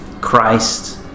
Christ